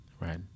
right